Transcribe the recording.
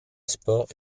sport